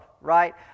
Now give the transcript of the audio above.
right